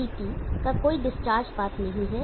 CT का कोई discharge path नहीं है